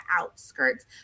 outskirts